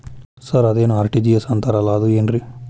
Sir ಅದೇನು RTGS ಅಂತಾರಲಾ ಅದು ಏನ್ರಿ?